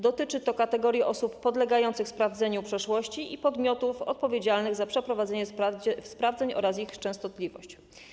Dotyczy to kategorii osób podlegających sprawdzeniu przeszłości i podmiotów odpowiedzialnych za przeprowadzenie sprawdzeń oraz ich częstotliwość.